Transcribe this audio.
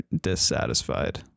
dissatisfied